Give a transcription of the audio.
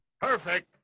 Perfect